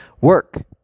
Work